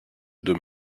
deux